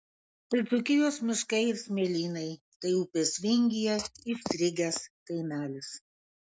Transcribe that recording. tai dzūkijos miškai ir smėlynai tai upės vingyje įstrigęs kaimelis